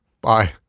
Bye